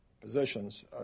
positions